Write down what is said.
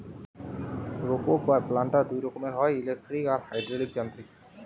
রোপক বা প্ল্যান্টার দুই রকমের হয়, ইলেকট্রিক আর হাইড্রলিক যান্ত্রিক